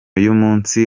y’umunsi